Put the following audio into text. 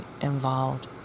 involved